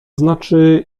znaczy